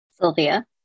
Sylvia